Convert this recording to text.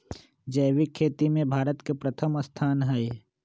जैविक खेती में भारत के प्रथम स्थान हई